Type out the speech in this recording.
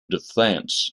defense